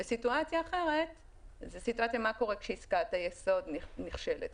וסיטואציה אחרת זה מה קורה כשעסקת היסוד נכשלת,